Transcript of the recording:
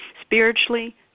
spiritually